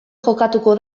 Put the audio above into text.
jokatuko